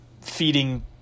feeding